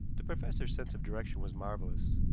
the professor's sense of direction was marvelous.